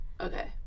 Okay